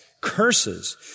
curses